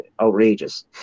outrageous